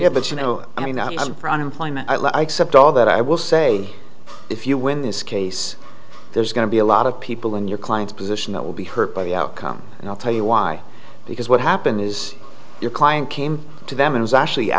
real but you know i mean i'm for unemployment i except all that i will say if you win this case there's going to be a lot of people in your client's position that will be hurt by the outcome and i'll tell you why because what happened is your client came to them and was actually